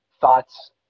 thoughts